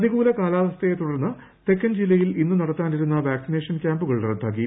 പ്രതികൂല കാലാവസ്ഥയെ തുടർന്ന് തെക്കൻ ജില്ലയിൽ ഇന്ന് നടത്താനിരുന്ന വാക്സിനേഷൻ ക്യാംപുകൾ റദ്ദാക്കി